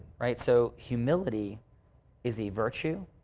right? so, humility is a virtue.